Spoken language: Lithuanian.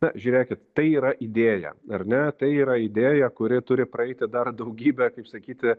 na žiūrėkit tai yra idėja ar ne tai yra idėja kuri turi praeiti dar daugybę kaip sakyti